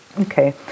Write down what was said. Okay